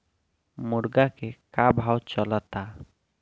मुर्गा के का भाव चलता?